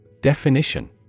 Definition